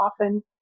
often